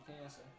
cancer